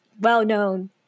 well-known